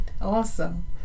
Awesome